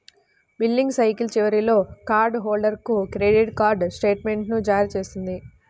billing cycle చివరిలో card హోల్డర్కు credit card స్టేట్మెంట్ను జారీ చేస్తుంది